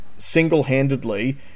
single-handedly